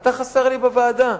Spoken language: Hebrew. אתה חסר לי בוועדה.